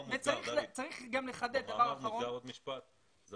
צריך גם לחדד --- במאמר מוסגר, עוד משפט, דוד.